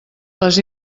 les